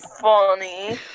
funny